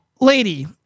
Lady